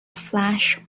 flash